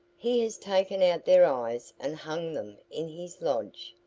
he has taken out their eyes and hung them in his lodge.